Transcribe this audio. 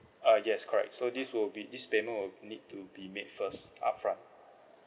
uh yes correct so this will be this payment will need to be made first upfront